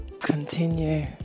continue